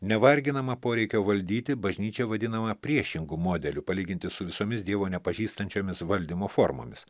nevarginama poreikio valdyti bažnyčia vadinama priešingu modeliu palyginti su visomis dievo nepažįstančiomis valdymo formomis